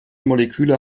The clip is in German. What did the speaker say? moleküle